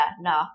no